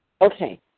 Okay